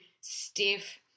stiff